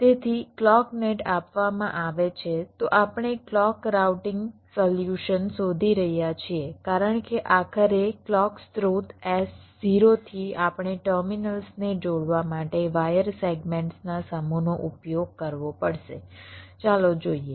તેથી clock net આપવામાં આવે છે તો આપણે ક્લૉક રાઉટીંગ સોલ્યુશન શોધી રહ્યા છીએ કારણ કે આખરે ક્લૉક સ્ત્રોત S0 થી આપણે ટર્મિનલ્સને જોડવા માટે વાયર સેગમેન્ટ્સ ના સમૂહનો ઉપયોગ કરવો પડશે ચાલો જોઇએ